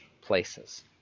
places